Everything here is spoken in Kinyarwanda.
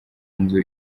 nzu